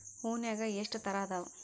ಹೂನ್ಯಾಗ ಎಷ್ಟ ತರಾ ಅದಾವ್?